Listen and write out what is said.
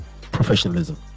Professionalism